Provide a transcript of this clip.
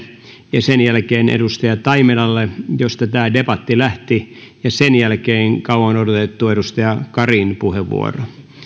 ja sen jälkeen edustaja taimelalle josta tämä debatti lähti ja sen jälkeen on kauan odotettu edustaja karin puheenvuoro